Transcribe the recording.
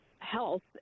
health